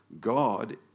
God